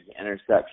interception